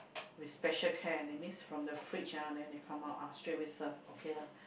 with special care that means from the fridge ah then they come out ah straight away serve okay lah